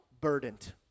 burdened